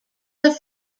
have